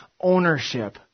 ownership